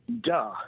duh